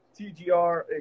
TGR